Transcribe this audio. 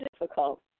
difficult